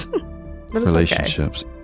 Relationships